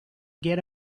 get